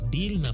Deal